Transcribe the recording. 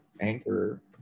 anchor